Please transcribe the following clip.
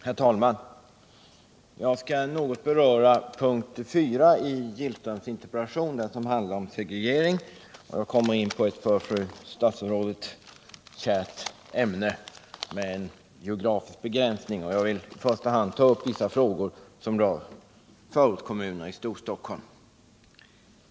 Herr talman! Jag skall något beröra punkt 4 i Åke Gillströms interpellation som handlar om segregering, och jag kommer då in på ett för fru statsrådet kärt ämne, med en geografisk begränsning. Jag vill i första hand ta upp vissa frågor som rör förortskommunerna i Storstockholm.